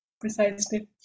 precisely